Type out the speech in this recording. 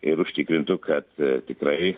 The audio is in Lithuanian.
ir užtikrintų kad tikrai